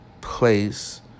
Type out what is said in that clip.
place